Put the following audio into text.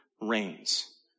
reigns